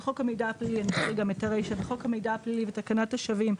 "בחוק המידע הפלילי ותקנת השבים,